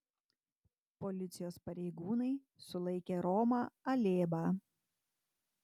policijos pareigūnai sulaikė romą alėbą